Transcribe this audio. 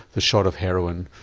the shot of heroin,